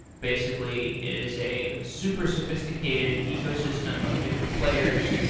basically, it is a super sophisticated ecosystem of different players,